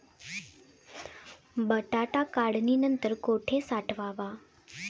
बटाटा काढणी नंतर कुठे साठवावा?